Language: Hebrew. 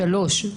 דבר שלישי,